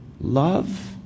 love